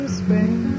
spring